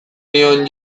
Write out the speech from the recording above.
nion